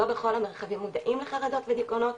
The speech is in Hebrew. לא בכל המרחבים מודעים לחרדות ודיכאונות,